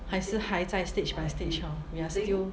还是还在 stage by stage hor we are still